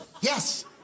Yes